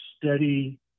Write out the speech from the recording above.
steady